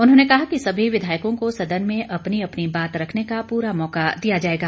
उन्होंने कहा कि सभी विधायकों को सदन में अपनी अपनी बात ररवने का पूरा मौका दिया जाएगा